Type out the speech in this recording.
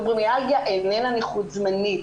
פיברומיאלגיה איננה נכות זמנית,